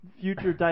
future